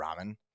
ramen